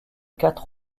quatre